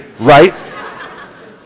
right